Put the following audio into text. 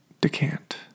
Decant